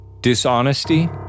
Dishonesty